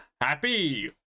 happy